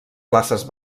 classes